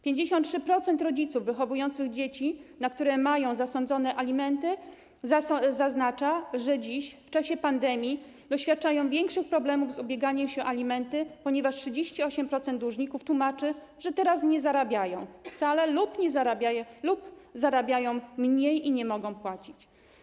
53% rodziców wychowujących dzieci, na które zostały zasądzone alimenty, zaznacza, że dziś, w czasie pandemii doświadczają oni większych problemów z ubieganiem się o alimenty, ponieważ 38% dłużników tłumaczy, że teraz nie zarabiają wcale lub zarabiają mniej i nie mogą płacić.